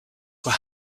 were